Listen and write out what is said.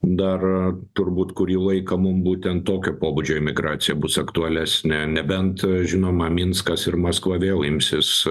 dar turbūt kurį laiką mum būtent tokio pobūdžio imigracija bus aktualesnė nebent žinoma minskas ir maskva vėl imsis